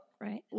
right